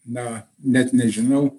na net nežinau